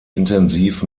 intensiv